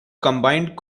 combined